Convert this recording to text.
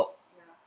ya